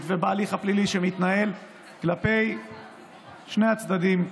ובהליך הפלילי שמתנהל כלפי שני הצדדים,